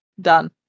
Done